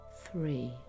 three